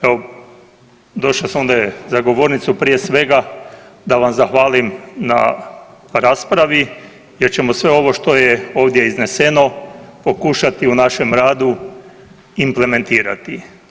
Evo došao sam ovdje za govornicu prije svega da vam zahvalim na raspravi jer ćemo sve ovo što je ovdje izneseno pokušati u našem radu implementirati.